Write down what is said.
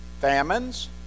famines